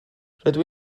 rydw